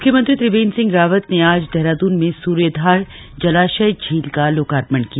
मुख्यमंत्री त्रिवेंद्र सिंह रावत ने आज देहरादून में सूर्यधार जलाशय झील का लोकार्पण किया